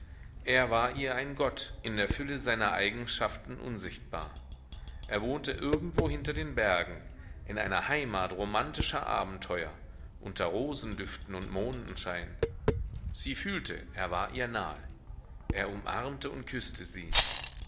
er war ihr ein gott in der fülle seiner eigenschaffen unsichtbar er wohnte irgendwo hinter den bergen in einer heimat romantischer abenteuer unter rosendüften und mondenschein sie fühlte er war ihr nahe er umarmte und küßte sie